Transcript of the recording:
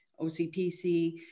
OCPC